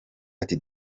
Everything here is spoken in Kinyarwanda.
ati